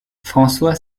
françois